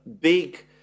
big